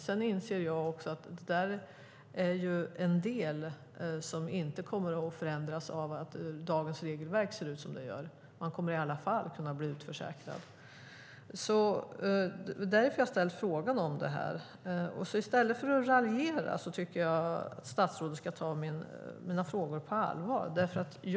Sedan inser jag också att där är en del som inte kommer att förändras av att dagens regelverk ser ut som det gör. Man kommer i alla fall att kunna bli utförsäkrad. Det är därför jag har ställt frågan om det här. Jag tycker att statsrådet ska ta mina frågor på allvar i stället för att raljera.